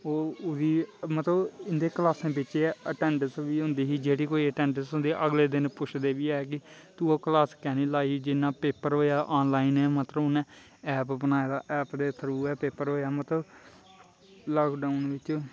ओह् ओह्दी मतलब इं'दे क्लासें बिच्च गै अटैंडैंस बी होंदी ही जेह्ड़ी कोई अटैंडैंस होंदी ही अगले दिन पुछदे बी है हे कि तूं ओह् क्लास कैंह् निं लाई ही जि'यां पेपर होएआ आनलाइन गै मतलब उ'नें ऐप बनाए दा ऐप दे थ्रू गै पेपर होएआ मतलब लाकडाऊन बिच्च